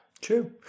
true